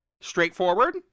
Straightforward